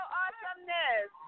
awesomeness